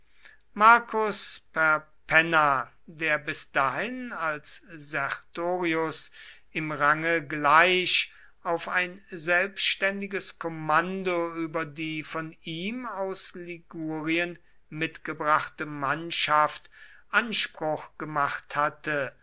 marcus perpenna der bis dahin als sertorius im range gleich auf ein selbständiges kommando über die von ihm aus ligurien mitgebrachte mannschaft anspruch gemacht hatte